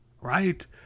right